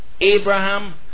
Abraham